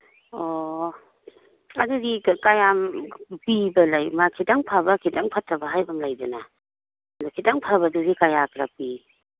ꯑꯣ ꯑꯗꯨꯗꯤ ꯀꯌꯥꯝ ꯄꯤꯕ ꯂꯩ ꯃꯥ ꯈꯤꯇꯪ ꯐꯕ ꯈꯤꯇꯪ ꯐꯠꯇꯕ ꯂꯩꯗꯅ ꯑꯗꯨ ꯈꯤꯇꯪ ꯐꯕꯗꯨꯗꯤ ꯀꯌꯥꯒ ꯄꯤ